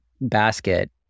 basket